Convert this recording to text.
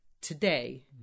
today